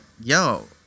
yo